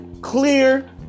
clear